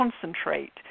concentrate